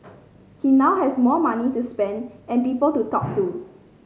he now has more money to spend and people to talk to